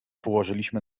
położyliśmy